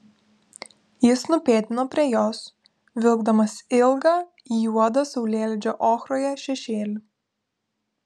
jis nupėdino prie jos vilkdamas ilgą juodą saulėlydžio ochroje šešėlį